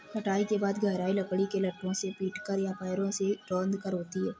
कटाई के बाद गहराई लकड़ी के लट्ठों से पीटकर या पैरों से रौंदकर होती है